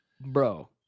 bro